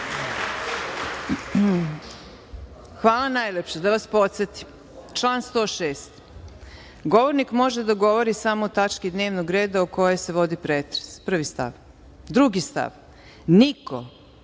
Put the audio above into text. Hvala najlepše. Da vas podsetim, član 106. – govornik može da govori samo o tački dnevnog reda o kojoj se vodi pretres, prvi stav. Drugi stav, niko